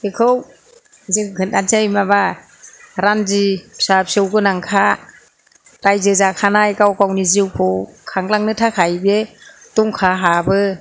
बेखौ जों खोन्थानोसै माबा रान्दि फिसा फिसौ गोनांखा रायजो जाखानाय गाव गावनि जिउखौ खांलांनो थाखाय बे दंखा हाबो